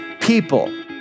people